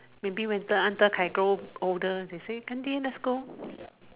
maybe when De-An De-Kai grow older they say 干爹 let's go